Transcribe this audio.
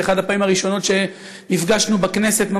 ובאחת הפעמים הראשונות שנפגשנו בכנסת,